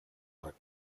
ära